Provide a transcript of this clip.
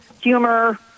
humor